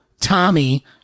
Tommy